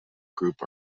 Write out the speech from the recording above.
group